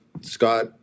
Scott –